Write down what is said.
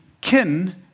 Kin